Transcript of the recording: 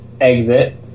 exit